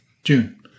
June